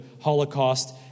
Holocaust